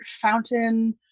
fountain